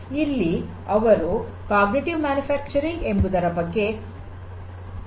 ಇಲ್ಲಿ ಅವರು ಅರಿವಿನ ಉತ್ಪಾದನೆ ಎಂಬುದರ ಬಗ್ಗೆ ಮಾತನಾಡಿದ್ದಾರೆ